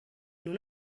nur